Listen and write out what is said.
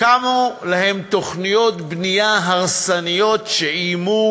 קמו להן תוכניות בנייה הרסניות שאיימו